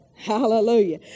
Hallelujah